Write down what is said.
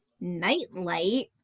Nightlight